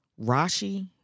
Rashi